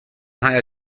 higher